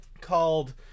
called